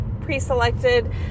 pre-selected